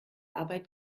arbeit